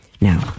Now